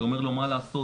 שאומר לו מה לעשות,